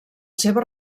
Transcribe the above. seva